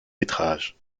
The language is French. métrages